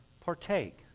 partake